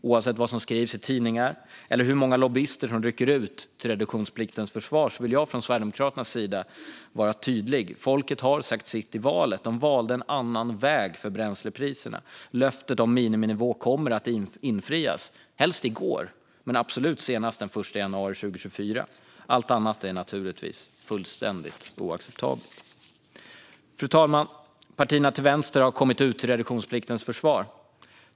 Oavsett vad som skrivs i tidningar eller hur många lobbyister som rycker ut till reduktionspliktens försvar vill jag från Sverigedemokraternas sida vara tydlig med att folket har sagt sitt i valet. De valde en annan väg för bränslepriserna. Löftet om miniminivå kommer att infrias, helst i går men absolut senast den 1 januari 2024. Allt annat är naturligtvis fullständigt oacceptabelt. Fru talman! Partierna till vänster har kommit ut till reduktionspliktens försvar.